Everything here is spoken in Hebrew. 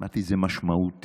אמרתי: זה משמעותי.